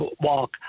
walk